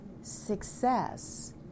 success